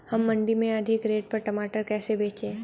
हम मंडी में अधिक रेट पर टमाटर कैसे बेचें?